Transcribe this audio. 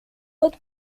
but